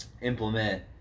implement